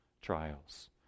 trials